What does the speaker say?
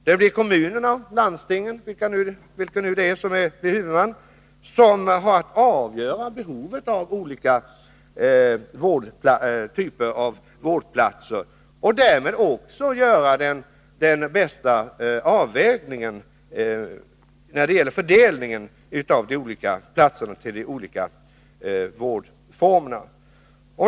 Det blir kommunerna eller landstingen som har att avgöra behovet av olika typer av vårdplatser och därmed också göra den bästa avvägningen när det gäller fördelningen av platser till de olika vårdformerna.